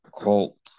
cult